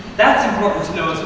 that's important to know as